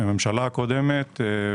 בממשלה הקודמת,